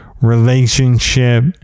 relationship